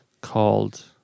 called